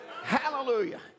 Hallelujah